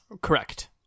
Correct